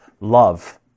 Love